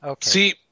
See